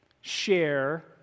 Share